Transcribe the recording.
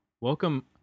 welcome